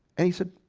and he said,